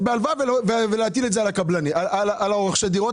בהלוואה ולהטיל את זה על רוכשי הדירות,